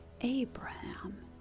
Abraham